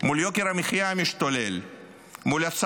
מול יוקר המחיה המשתולל,